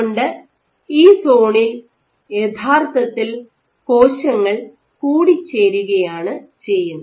അതുകൊണ്ട് ഈ സോണിൽ യഥാർത്ഥത്തിൽ കോശങ്ങൾ കൂടിച്ചേരുകയാണ് ചെയ്യുന്നത്